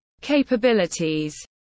Capabilities